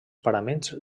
paraments